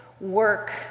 work